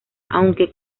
aunque